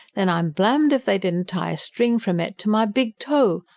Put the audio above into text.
then i'm blamed if they didn't tie a string from it to my big toe!